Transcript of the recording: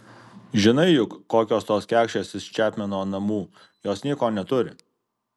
žinai juk kokios tos kekšės iš čepmeno namų jos nieko neturi